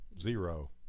zero